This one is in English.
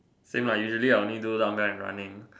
same lah usually I only do dumbbell and running